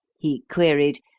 he queried,